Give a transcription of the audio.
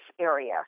area